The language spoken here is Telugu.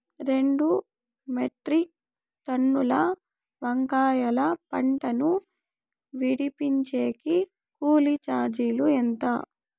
రెండు మెట్రిక్ టన్నుల వంకాయల పంట ను విడిపించేకి కూలీ చార్జీలు ఎంత?